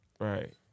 Right